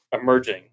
emerging